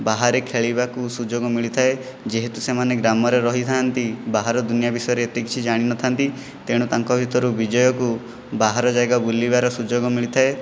ବାହାରେ ଖେଳିବାକୁ ସୁଯୋଗ ମିଳିଥାଏ ଯେହେତୁ ସେମାନେ ଗ୍ରାମରେ ରହିଥାନ୍ତି ବାହାର ଦୁନିଆଁ ବିଷୟରେ ଏତେ କିଛି ଜାଣିନଥାନ୍ତି ତେଣୁ ତାଙ୍କ ଭିତରୁ ବିଜୟକୁ ବାହାର ଜାଗା ବୁଲିବାର ସୁଯୋଗ ମିଳିଥାଏ